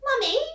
Mummy